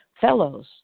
fellows